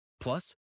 Plus